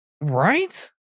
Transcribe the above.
Right